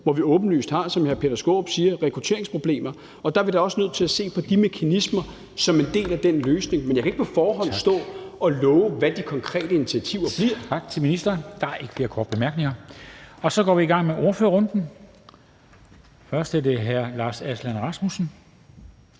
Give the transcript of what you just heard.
hvor vi åbenlyst – som hr. Peter Skaarup siger – har rekrutteringsproblemer. Der er vi da også nødt til at se på de mekanismer som en del af den løsning. Men jeg kan ikke på forhånd stå og love, hvad de konkrete initiativer bliver. Kl. 15:05 Formanden (Henrik Dam Kristensen): Tak til ministeren. Der er ikke flere korte bemærkninger. Så går vi i gang med ordførerrunden. Først er det hr. Lars Aslan Rasmussen,